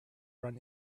run